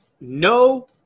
No